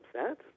upset